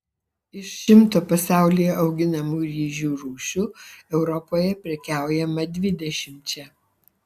iš šimto pasaulyje auginamų ryžių rūšių europoje prekiaujama dvidešimčia